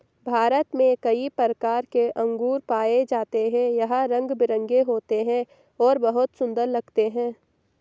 भारत में कई प्रकार के अंगूर पाए जाते हैं यह रंग बिरंगे होते हैं और बहुत सुंदर लगते हैं